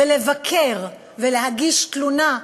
ולבקר, ולהגיש תלונה,